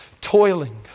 toiling